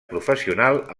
professional